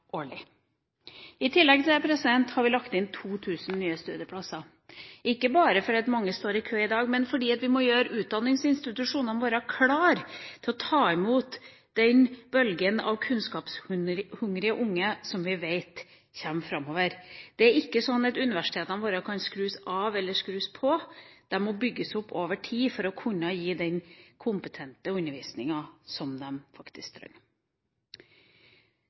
I tillegg har vi lagt inn 2 000 nye studieplasser – ikke bare fordi mange står i kø i dag, men fordi vi må gjøre utdanningsinstitusjonene våre klare til å ta imot den bølgen av kunnskapshungrige unge som vi vet kommer framover. Det er ikke sånn at universitetene våre kan skrus av eller skrus på, de må bygges opp over tid for å kunne gi den kompetente undervisninga som man faktisk